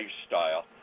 lifestyle